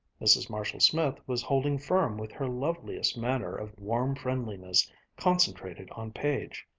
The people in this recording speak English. mrs. marshall-smith was holding firm with her loveliest manner of warm friendliness concentrated on page.